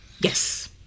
Yes